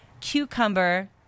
cucumber